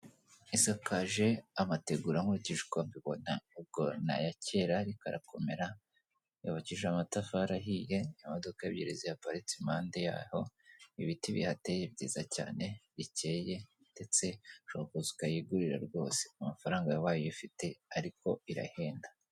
Isakaje amategura nkurikije uko mbibona, ubwo ni aya kera ariko arakomera. Yubakishije amatafari ahiye, imodoka ebyiri zihaparitse impande yaho, ibiti bihateye byiza cyane, bikeye ndetse ushobora kuza ukayigurira rwose, amafaranga yawe ubaye uyafite ariko irahenda.